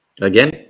again